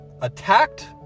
attacked